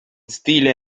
stile